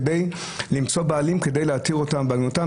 כדי למצוא בעלים כדי להתיר אותן בעגינותם,